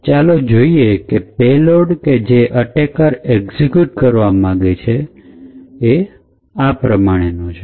ચાલો જોઈએ કે પેલોડ કે જે અટેકર એક્ઝિક્યુટ કરવા માંગે છે એ નીચે પ્રમાણે નો છે